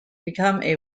become